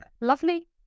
Lovely